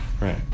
Right